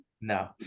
No